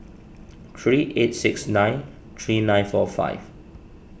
three eight six nine three nine four five